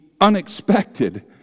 unexpected